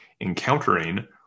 encountering